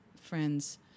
friends